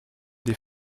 des